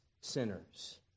sinners